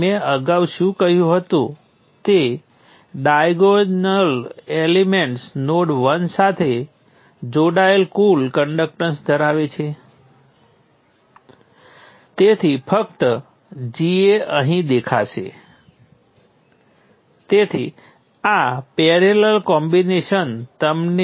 અહીં સમસ્યા એ છે કે આપણે આ I 1 ને વોલ્ટેજ સ્રોત દ્વારા વોલ્ટેજ તથા વોલ્ટેજ સ્રોત દ્વારા કરંટ સાથે સંબંધિત કરી શકતા નથી